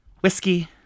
Whiskey